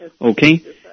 Okay